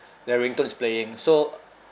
the ringtone is playing so